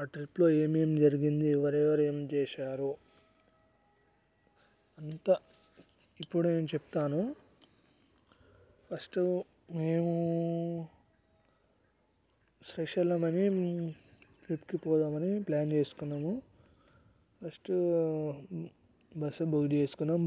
ఆ ట్రిప్పులో ఏమేం జరిగింది ఎవరెవరు ఏం చేశారు అంతా ఇప్పుడు నేను చెప్తాను ఫస్ట్ మేము శ్రీశైలం అని మేము ట్రిప్పుకు పోదామని ప్లాన్ చేసుకున్నాము ఫస్ట్ బస్సు బుక్ చేసుకున్నాం